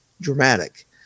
dramatic